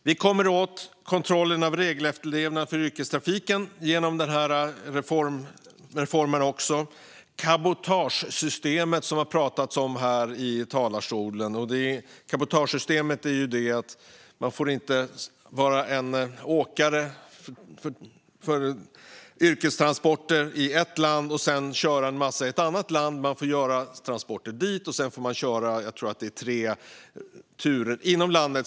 Vi kommer åt kontrollen av regelefterlevnaden för yrkestrafiken genom reformen. Det har pratats om cabotagesystemet här i talarstolen. Enligt systemet får man inte vara en åkare för yrkestransporter i ett land och sedan köra mycket i ett annat land, utan man får köra en transport dit och sedan tre turer inom landet.